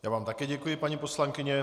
Já vám také děkuji, paní poslankyně.